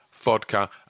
vodka